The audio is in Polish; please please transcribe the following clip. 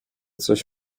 coś